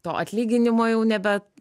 to atlyginimo jau nebe